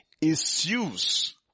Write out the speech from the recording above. issues